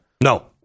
No